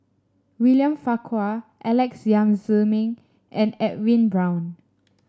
William Farquhar Alex Yam Ziming and Edwin Brown